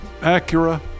Acura